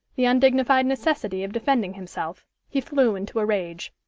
the undignified necessity of defending himself, he flew into a rage.